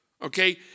Okay